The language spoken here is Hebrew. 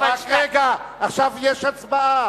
רק רגע, עכשיו יש הצבעה.